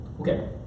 Okay